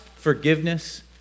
Forgiveness